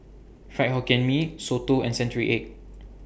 Fried Hokkien Mee Soto and Century Egg